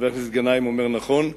חבר הכנסת גנאים אומר נכון: